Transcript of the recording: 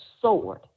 sword